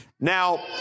Now